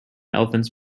elephants